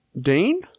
Dane